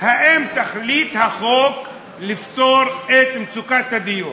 האם תכלית החוק לפתור את מצוקת הדיור?